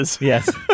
Yes